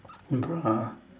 bruh